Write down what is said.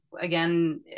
again